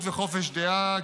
תחרות וחופש דעה,